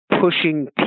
pushing